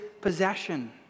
possession